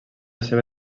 seva